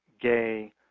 gay